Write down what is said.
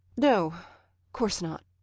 no course not.